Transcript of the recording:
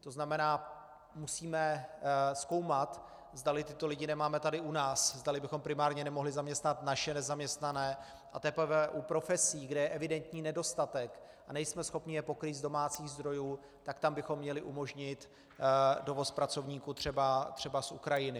to znamená, musíme zkoumat, zdali tyto lidi nemáme tady u nás, zdali bychom primárně nemohli zaměstnat naše nezaměstnané a teprve u profesí, kde je evidentní nedostatek a nejsme schopni je pokrýt z domácích zdrojů, tak tam bychom měli umožnit dovoz pracovníků třeba z Ukrajiny.